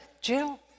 Jill